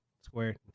Square